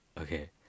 Okay